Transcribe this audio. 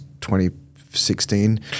2016